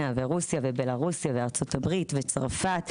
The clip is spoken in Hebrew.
ורוסיה ובלארוס וארצות הברית וצרפת,